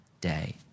day